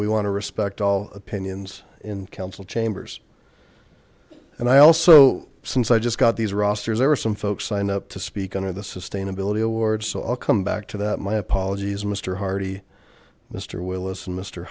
we want to respect all opinions in council chambers and i also since i just got these rosters there are some folks lined up to speak on of the sustainability award so i'll come back to that my apologies mr hardy mr willis and mr